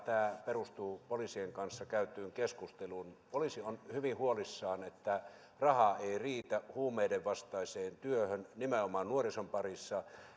perustuu poliisien kanssa käytyyn keskusteluun poliisi on hyvin huolissaan että raha ei riitä huumeiden vastaiseen työhön nimenomaan nuorison parissa